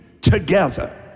together